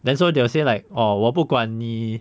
then so they will say like orh 我不管你